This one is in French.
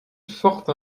forte